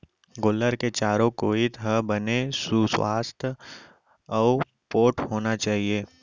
गोल्लर के चारों कोइत ह बने सुवास्थ अउ पोठ होना चाही